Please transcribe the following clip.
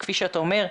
כפי שאתה אומר,